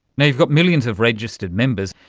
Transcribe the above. you've got millions of registered members.